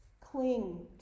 Cling